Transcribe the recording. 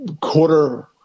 quarter